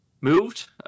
moved